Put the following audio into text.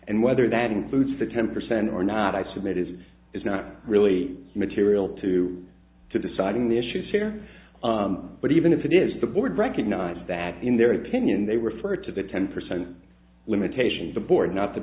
and whether that includes the ten percent or not i submit is is not really material to to deciding the issues here but even if it is the board recognize that in their opinion they refer to the ten percent limitation of the board not the